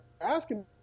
asking